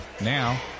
Now